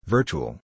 Virtual